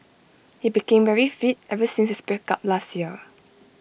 he became very fit ever since his breakup last year